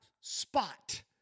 spot